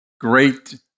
great